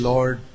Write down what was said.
Lord